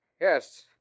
Yes